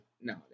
No